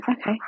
okay